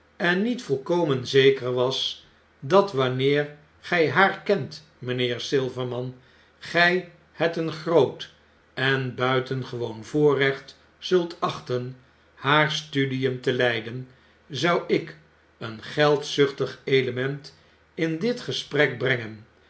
en niet volkomen zeker was dat wanneer gy haar kent mynheer silverman gy het een groot en buitengewoon voorrecht zult achten haar studien te leiden zou ik een geldzuchtig element in dit gesprek brengen